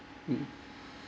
mm